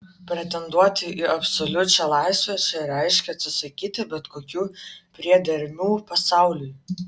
pretenduoti į absoliučią laisvę čia reiškė atsisakyti bet kokių priedermių pasauliui